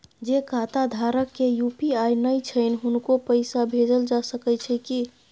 जे खाता धारक के यु.पी.आई नय छैन हुनको पैसा भेजल जा सकै छी कि?